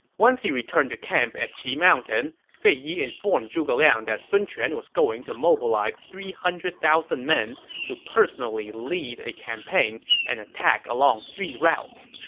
once he returned to camp at qi mountain, fei yi informed zhuge liang that sun quan was going to mobilize three hundred thousand men to personally lead a campaign and attack along three routes.